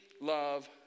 love